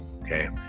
Okay